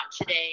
today